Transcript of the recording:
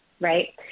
Right